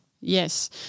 Yes